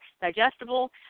digestible